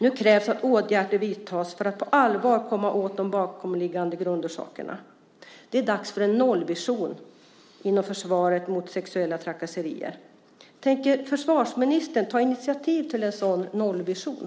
Nu krävs att åtgärder vidtas för att på allvar komma åt de bakomliggande orsakerna. Det är dags för en nollvision mot sexuella trakasserier inom försvaret. Tänker försvarsministern ta initiativ till en sådan nollvision?